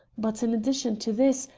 but, in addition to this,